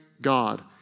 God